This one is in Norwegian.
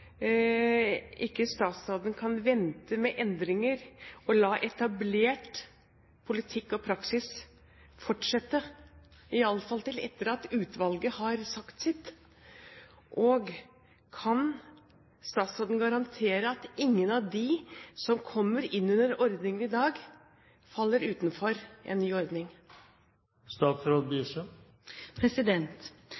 ikke kan vente med endringer og la etablert politikk og praksis fortsette, i alle fall til etter at utvalget har sagt sitt. Og kan statsråden garantere at ingen av dem som kommer innunder ordningen i dag, faller utenfor en ny